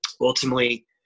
Ultimately